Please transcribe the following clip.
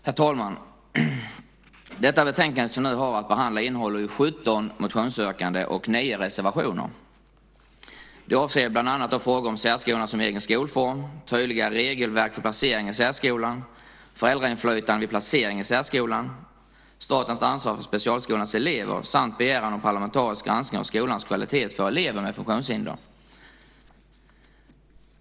Herr talman! Det betänkande som vi nu har att behandla innehåller 17 motionsyrkanden och 9 reservationer. De avser bland annat frågor om särskolan som egen skolform, tydligare regelverk för placering i särskolan, föräldrainflytande vid placering i särskolan, statens ansvar för specialskolans elever samt begäran om parlamentarisk granskning av skolans kvalitet för elever med funktionshinder.